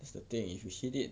is the thing if you hit it